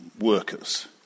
workers